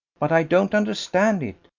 but i don't understand it.